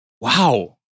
Wow